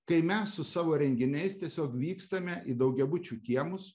kai mes su savo renginiais tiesiog vykstame į daugiabučių kiemus